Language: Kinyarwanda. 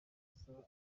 asaba